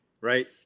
right